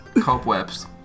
cobwebs